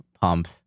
pump